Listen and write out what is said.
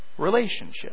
Relationship